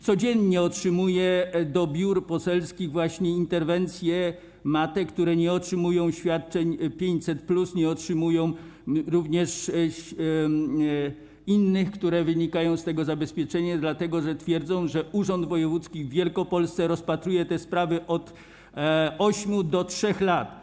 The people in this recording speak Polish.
Codziennie mam w biurach poselskich interwencje matek, które nie otrzymują świadczeń 500+, nie otrzymują również innych, które wynikają z tego zabezpieczenia, dlatego że, jak twierdzą, urząd wojewódzki w Wielkopolsce rozpatruje te sprawy od 8 do 3 lat.